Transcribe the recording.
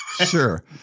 Sure